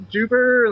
Jupiter